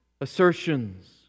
assertions